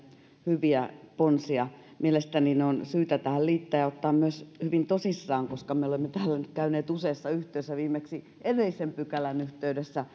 hyviä ponsia mielestäni ne on syytä tähän liittää ja ottaa myös hyvin tosissaan koska me olemme täällä nyt käyneet useassa yhteydessä viimeksi edellisen pykälän yhteydessä